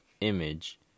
image